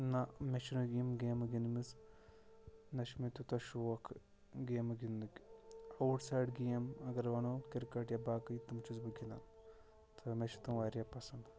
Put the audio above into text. نہٕ مےٚ چھنہٕ یم گیمہٕ گٔندٕمٕژ نہ چھُ مےٚ تیوٗتاہ شوق گیمہٕ گٔندٕنُک اوُٹ سایڈ گیم اگر ونو کرکٹ یا باقٕے تم چھُس بہٕ گٔندان تہٕ مےٚ چھِ تم واریاہ پسند